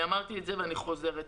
אמרתי את זה ואני חוזרת.